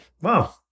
Wow